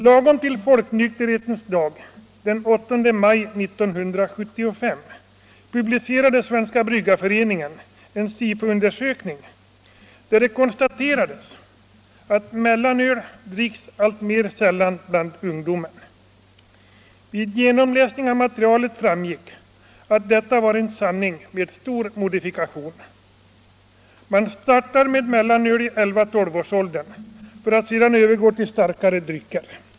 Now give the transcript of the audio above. Lagom till Folknykterhetens dag den 8 maj 1975 publicerade Svenska Bryggarföreningen en SIFO-undersökning där det konstaterades att ”mellanöl dricks alltmer sällan bland ungdomen”. Vid genomläsning av materialet framgick att detta var en sanning med stor modifikation. Man startar med mellanöl i 11—-12-årsåldern för att sedan övergå till starkare drycker.